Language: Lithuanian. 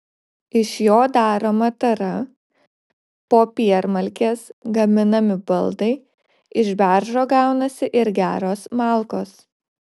iš jo daroma tara popiermalkės gaminami baldai iš beržo gaunasi ir geros malkos